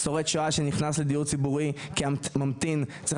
שורד שואה שנכנס לדיור ציבורי כממתין צריך